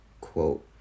quote